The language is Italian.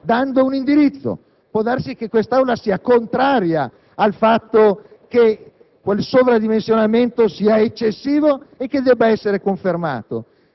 però quest'Aula ha veramente la volontà di dare un indirizzo al Governo rispetto al sovradimensionamento del suo organico (ricordiamo che questo è il